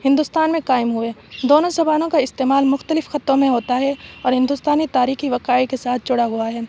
ہندوستان میں قائم ہوئے دونوں زبانوں کا استعمال مختلف خطوں میں ہوتا ہے اور ہندوستانی تاریخی وقائع کے ساتھ جڑا ہوا ہے